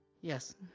yes